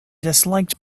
disliked